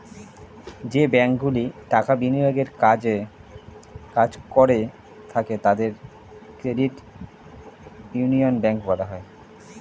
যে ব্যাঙ্কগুলি টাকা বিনিয়োগের কাজ করে থাকে তাদের ক্রেডিট ইউনিয়ন ব্যাঙ্ক বলা হয়